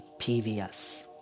PVS